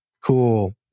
cool